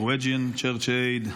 Norwegian Church Aid,